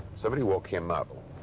somebody woke him up.